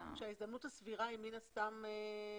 ההזדמנות הסבירה היא מן הסתם דיגיטלית.